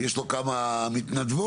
יש לו כמה מתנדבות,